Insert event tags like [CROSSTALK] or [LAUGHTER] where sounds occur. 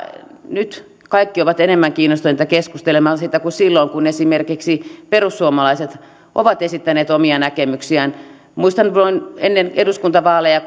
nyt kaikki ovat enemmän kiinnostuneita keskustelemaan siitä kuin silloin kun esimerkiksi perussuomalaiset ovat esittäneet omia näkemyksiään muistan ennen eduskuntavaaleja [UNINTELLIGIBLE]